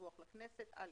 דיווח לכנסת (א)